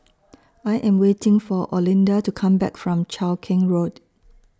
I Am waiting For Olinda to Come Back from Cheow Keng Road